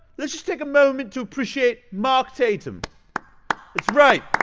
let's just take a moment to appreciate mark tatum that's right!